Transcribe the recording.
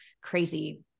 crazy-